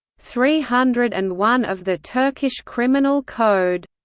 three hundred and one of the turkish criminal code.